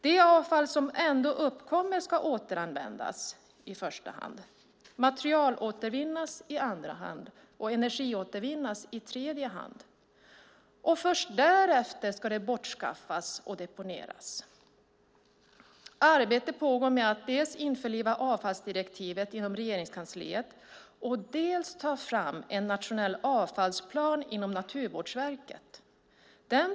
Det avfall som ändå uppkommer ska i första hand återanvändas, i andra hand materialåtervinnas och i tredje hand energiåtervinnas. Först därefter ska det bortskaffas och deponeras. Arbete pågår inom Regeringskansliet med att införliva avfallsdirektivet och inom Naturvårdsverket med att ta fram en ny nationell avfallsplan.